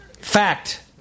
Fact